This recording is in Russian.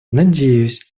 надеюсь